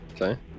okay